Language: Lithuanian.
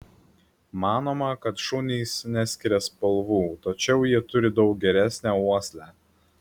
manoma kad šunys neskiria spalvų tačiau jie turi daug geresnę uoslę